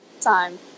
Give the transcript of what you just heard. time